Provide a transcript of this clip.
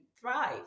thrive